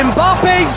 Mbappe